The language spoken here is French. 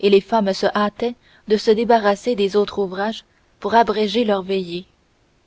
et les femmes se hâtaient de se débarrasser des autres ouvrages pour abréger leur veillée